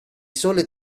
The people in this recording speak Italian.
sole